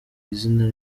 izina